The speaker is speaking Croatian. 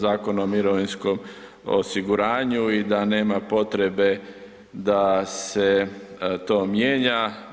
Zakona o mirovinskom osiguranju i da nema potrebe da se to mijenja.